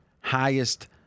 highest